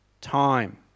time